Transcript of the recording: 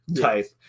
type